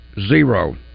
zero